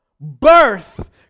birth